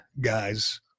guys